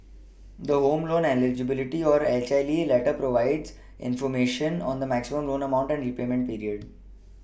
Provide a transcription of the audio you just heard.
the home loan Eligibility or H L E letter provides information on the maximum loan amount and repayment period